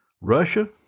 Russia